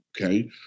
okay